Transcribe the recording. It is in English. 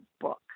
book